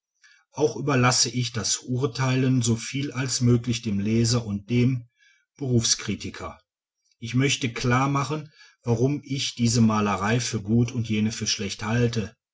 auch überlasse ich das urteilen so viel als möglich dem leser und dem berufskritiker ich möchte klar machen warum ich diese malerei für gut und jene für schlecht halte